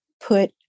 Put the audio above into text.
put